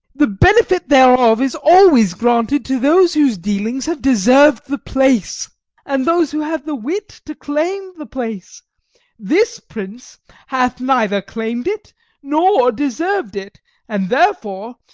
the benefit thereof is always granted to those whose dealings have deserv'd the place and those who have the wit to claim the place this prince hath neither claim'd it nor deserv'd it and therefore,